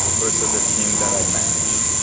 versus a team that i manage.